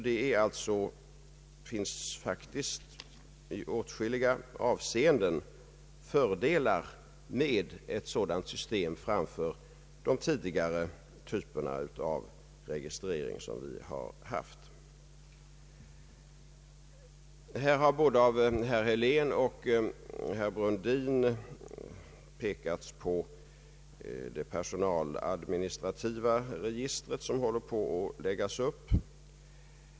Det föreligger faktiskt i åtskilliga avseenden fördelar med ett ADB-system framför de tidigare typerna av registrering. Både herr Helén och herr Brundin har pekat på det personaladministrativa register som håller på att läggas upp.